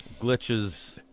Glitches